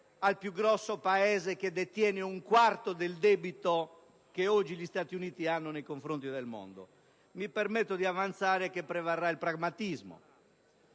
a un grande Paese, che detiene un quarto del debito che oggi gli Stati Uniti hanno nei confronti del mondo? Mi permetto di avanzare che prevarrà il pragmatismo.